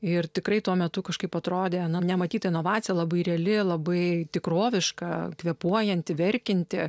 ir tikrai tuo metu kažkaip atrodė ana nematyta inovacija labai reali labai tikroviška kvėpuojanti verkianti